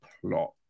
plot